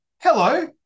hello